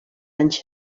anys